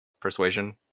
persuasion